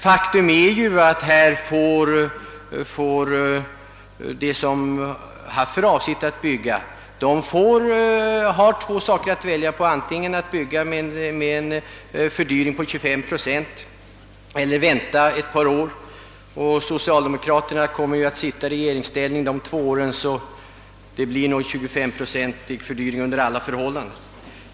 Faktum är emellertid att de som haft för avsikt att bygga har två alternativ att välja mellan: antingen att bygga med en fördyring på 25 procent eller att vänta ett par år. Socialdemokraterna kommer ju att sitta i regeringsställning dessa två år, så det blir nog en 25-procentig fördyring under alla förhållanden.